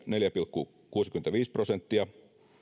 neljä pilkku kuusikymmentäviisi prosenttia